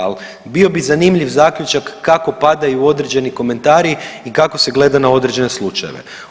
Ali bio bi zanimljiv zaključak kako padaju određeni komentari i kako se gleda na određene slučajeve.